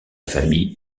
famille